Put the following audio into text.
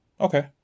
Okay